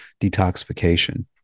detoxification